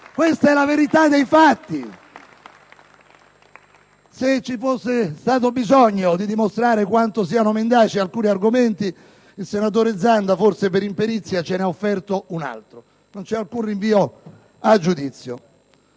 Questa è la verità dei fatti! Se vi fosse stato bisogno di dimostrare quanto siano mendaci alcuni argomenti, il senatore Zanda, forse per imperizia, ce ne ha offerto un altro: non vi è alcun rinvio a giudizio.